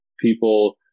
people